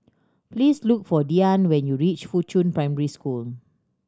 please look for Diann when you reach Fuchun Primary School